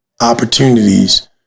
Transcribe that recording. opportunities